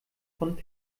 von